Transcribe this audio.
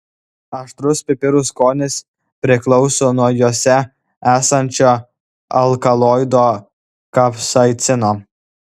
aštrus pipirų skonis priklauso nuo juose esančio alkaloido kapsaicino